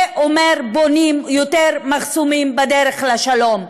זה אומר: בונים יותר מחסומים בדרך לשלום,